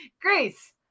Grace